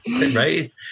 Right